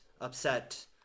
upset